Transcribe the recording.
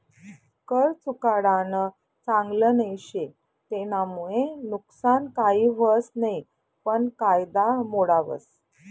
कर चुकाडानं चांगल नई शे, तेनामुये नुकसान काही व्हस नयी पन कायदा मोडावस